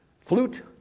flute